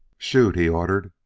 shoot! he ordered.